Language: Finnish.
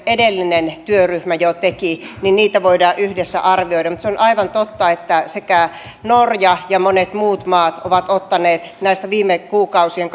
se edellinen työryhmä jo teki voidaan yhdessä arvioida mutta se on aivan totta että norja ja monet muut maat ovat ottaneet näistä viime kuukausien